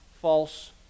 false